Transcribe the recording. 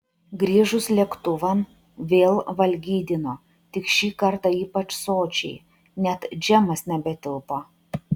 grįžus lėktuvan vėl valgydino tik šį kartą ypač sočiai net džemas nebetilpo